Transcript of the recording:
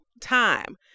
time